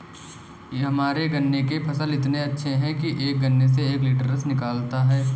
हमारे गन्ने के फसल इतने अच्छे हैं कि एक गन्ने से एक लिटर रस निकालता है